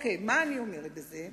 מה אני אומרת בזה?